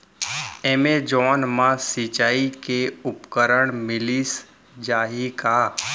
Amazon मा सिंचाई के उपकरण मिलिस जाही का?